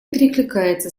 перекликается